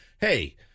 hey